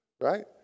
Right